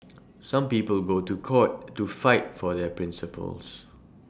some people go to court to fight for their principles